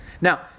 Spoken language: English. now